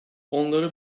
onları